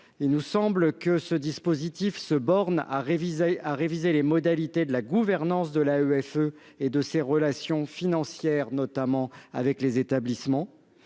plus juridique. Ce dispositif se borne à réviser les modalités de la gouvernance de l'AEFE et de ses relations financières avec les établissements.